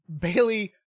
Bailey